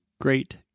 great